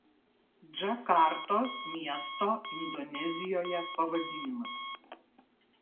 džakartos miesto indonezijoje pavadinimas